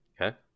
Okay